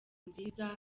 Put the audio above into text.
nziza